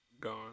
gone